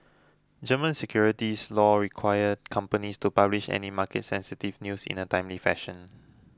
German securities law require companies to publish any market sensitive news in a timely fashion